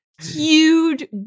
huge